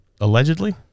Allegedly